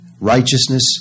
Righteousness